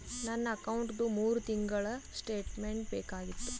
ನನ್ನ ಅಕೌಂಟ್ದು ಮೂರು ತಿಂಗಳದು ಸ್ಟೇಟ್ಮೆಂಟ್ ಬೇಕಾಗಿತ್ತು?